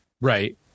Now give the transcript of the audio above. Right